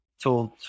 told